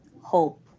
hope